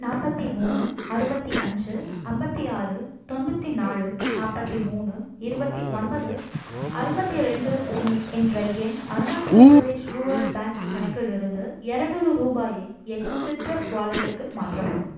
நாற்பத்தி மூணு அறுபத்தி அஞ்சு அம்பத்தி ஆறு தொண்ணூற்றி நாலு நாற்பத்தி மூணு இருபத்தி ஒன்பது ஐம்பத்தி ரெண்டு ஒன்று என்ற என் அருணாச்சல பிரதேஷ் ரூரல் பேங்க் கணக்கிலிருந்து இரநூறு ரூபாயை என் சிட்ரஸ் வாலெட்டுக்கு மாற்றவும்